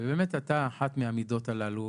ובאמת אתה אחת מהמידות הללו.